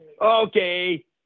Okay